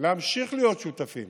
להמשיך להיות שותפים